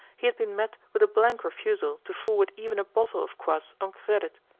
he had been met with a blank refusal to forward even a bottle of kvass on credit.